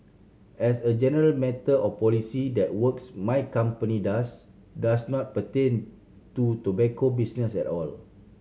as a general matter of policy that works my company does does not pertain to tobacco business at all